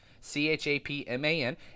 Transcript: C-H-A-P-M-A-N